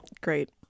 Great